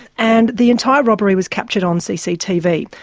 and the entire robbery was captured on cctv.